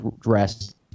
dressed